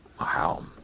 Wow